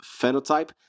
phenotype